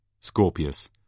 Scorpius